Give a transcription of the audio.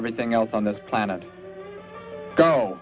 everything else on this planet go